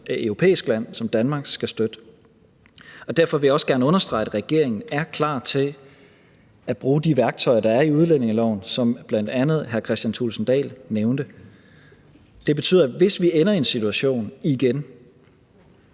europæisk land, som Danmark, skal støtte. Derfor vil jeg også gerne understrege, at regeringen er klar til at bruge de værktøjer, der er i udlændingeloven, som bl.a. hr. Kristian Thulesen Dahl nævnte. Det betyder, at hvis vi ender i en situation igen,